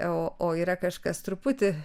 o o yra kažkas truputį